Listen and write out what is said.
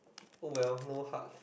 oh well no hard